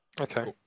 Okay